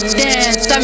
dance